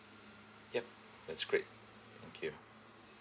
yup that's great thank you